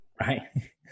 Right